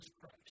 Christ